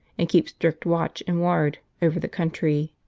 and keep strict watch and ward over the country.